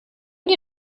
mir